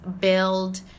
build